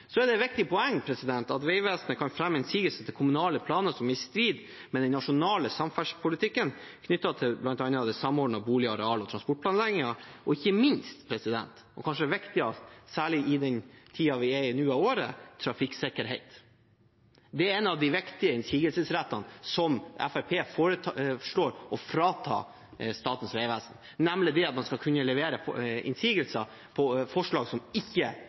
er et viktig poeng at Vegvesenet kan fremme innsigelse mot kommunale planer som er i strid med den nasjonale samferdselspolitikken, knyttet til bl.a. den samordnede bolig-, areal- og transportplanleggingen og ikke minst – og kanskje viktigst, særlig i den tiden av året vi er i nå – trafikksikkerhet. Det er en av de viktige innsigelsesrettene som Fremskrittspartiet foreslår å frata Statens vegvesen, nemlig det at man skal kunne levere innsigelser mot forslag som ikke